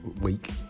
week